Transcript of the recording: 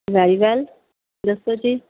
very well ਦੱਸੋ ਜੀ